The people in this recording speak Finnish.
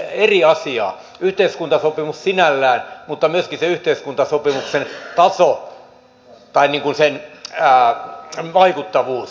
on yhteiskuntasopimus sinällään mutta on myöskin se yhteiskuntasopimuksen vaikuttavuus